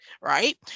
right